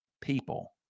People